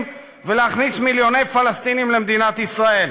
ולהכניס מיליוני פלסטינים למדינת ישראל,